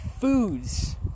foods